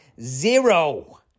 zero